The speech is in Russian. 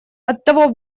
оттого